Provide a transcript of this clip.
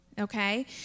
Okay